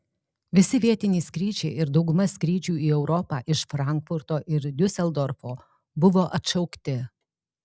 visi vietiniai skrydžiai ir dauguma skrydžių į europą iš frankfurto ir diuseldorfo buvo atšaukti